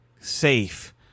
safe